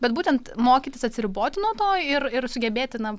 bet būtent mokytis atsiriboti nuo to ir ir sugebėti na